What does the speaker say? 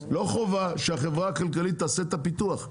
לא חובה שהחברה הכלכלית תעשה את הפיתוח.